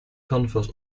canvas